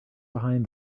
behind